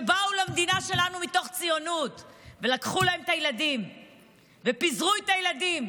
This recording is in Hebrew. שבאו למדינה שלנו מתוך ציונות ולקחו להן את הילדים ופיזרו את הילדים.